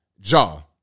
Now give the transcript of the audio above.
jaw